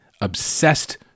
obsessed